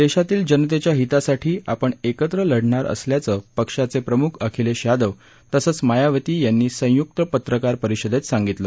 देशातील जनतेच्या हितासाठी आपण एकत्र लढणार असल्याचं पक्षाचे प्रमुख अखिलेश यादव तसंच मायावती यांनी संयुक पत्रकार परिषदेत सांगितलं